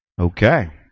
Okay